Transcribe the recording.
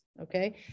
okay